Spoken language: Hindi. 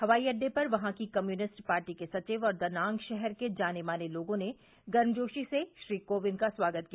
हवाई अड्डे पर वहां की कम्युनिस्ट पार्टी के सचिव और दा नांग शहर के जाने माने लोगों ने गर्मजोशी से श्री कोविंद का स्वागत किया